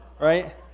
right